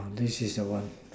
this is the one